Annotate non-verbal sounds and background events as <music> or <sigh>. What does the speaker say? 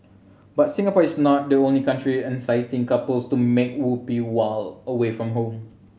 but Singapore is not the only country <unintelligible> couples to make whoopee while away from home